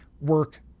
work